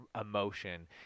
emotion